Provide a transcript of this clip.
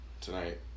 tonight